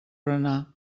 berenar